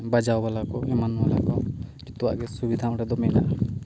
ᱢᱟᱱᱮ ᱵᱟᱡᱟᱣ ᱵᱟᱞᱟ ᱠᱚ ᱮᱢᱟᱱ ᱵᱟᱞᱟ ᱠᱚ ᱡᱚᱛᱚᱣᱟᱜ ᱜᱮ ᱥᱩᱵᱤᱫᱷᱟ ᱚᱸᱰᱮᱫᱚ ᱢᱮᱱᱟᱜᱼᱟ